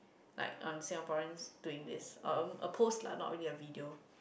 like um Singaporeans doing this um a post lah not really a video